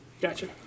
Gotcha